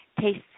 tastes